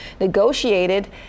negotiated